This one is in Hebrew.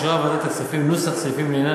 אישרה ועדת הכספים נוסח סעיפים לעניין